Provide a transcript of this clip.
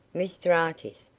mr artis,